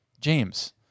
James